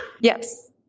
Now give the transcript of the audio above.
Yes